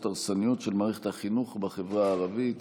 הרסניות של מערכת החינוך בחברה הערבית.